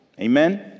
Amen